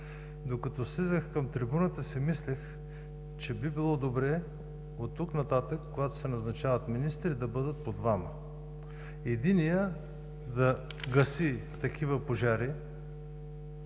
Докато слизах към трибуната, си мислех, че би било добре оттук нататък, когато се назначават министри, да бъдат по двама. Единият да гаси такива пожари